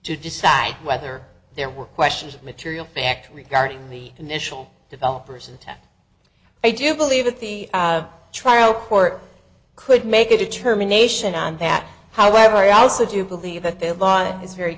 to decide whether there were questions of material fact regarding the initial developers and i do believe that the trial court could make a determination on that however i also do believe that the law is very